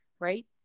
right